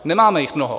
Nemáme jich mnoho.